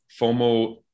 FOMO